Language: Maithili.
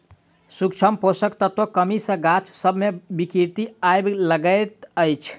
सूक्ष्म पोषक तत्वक कमी सॅ गाछ सभ मे विकृति आबय लागैत छै